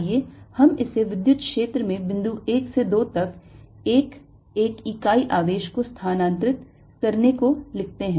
आइए हम इसे विद्युत क्षेत्र में बिंदु 1 से 2 तक एक एक इकाई आवेश को स्थानांतरित करने को लिखते हैं